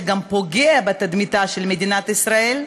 שגם פוגעים בתדמיתה של מדינת ישראל,